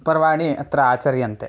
पर्वाणि अत्र आचर्यन्ते